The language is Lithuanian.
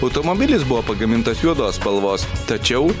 automobilis buvo pagamintas juodos spalvos tačiau